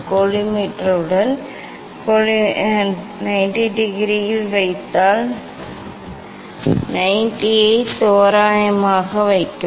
கோலிமேட்டருடன் கோலிமேட்டருடன் 90 டிகிரியில் வைத்தால் 90 ஐ தோராயமாக வைக்கவும்